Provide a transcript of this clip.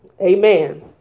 Amen